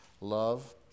love